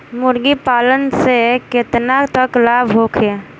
मुर्गी पालन से केतना तक लाभ होखे?